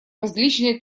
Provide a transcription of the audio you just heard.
различные